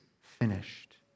finished